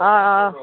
ꯑꯥ ꯑꯥ